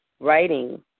writing